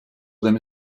them